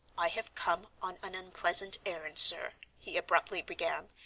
i have come on an unpleasant errand, sir, he abruptly began,